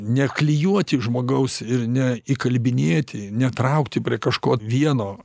neklijuoti žmogaus ir neįkalbinėti netraukti prie kažko vieno